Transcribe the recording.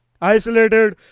isolated